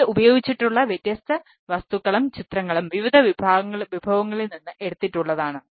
ഇതിൽ ഉപയോഗിച്ചിട്ടുള്ള വ്യത്യസ്ത വസ്തുക്കളും ചിത്രങ്ങളും വിവിധ വിഭവങ്ങളിൽ നിന്ന് എടുത്തിട്ടുള്ളതാണ്